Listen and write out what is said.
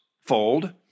fold